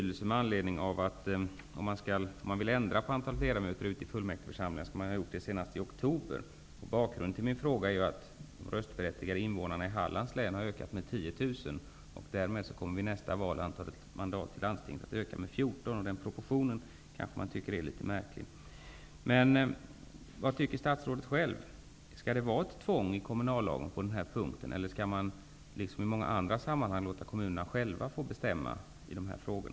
Ett svar på den frågan har betydelse, för om man vill ändra på antalet ledamöter i fullmäktige skall det vara gjort senast i oktober. Bakgrunden till den fråga som jag framställt är just att antalet röstberättigade invånare i Hallands län ökat med 10 000. Därmed kommer antalet mandat när det gäller landstinget att öka med 14. Den proportionen kan tyckas litet märklig. Vad tycker statsrådet? Skall det vara ett tvång i kommunallagen på den här punkten, eller skall man liksom i många andra sammanhang låta kommunerna själva få bestämma i de här frågorna?